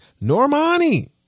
normani